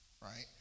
right